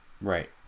right